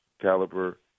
caliber